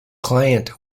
client